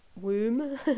womb